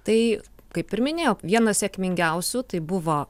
tai kaip ir minėjau vienas sėkmingiausių tai buvo